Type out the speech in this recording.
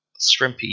Shrimpy